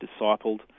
discipled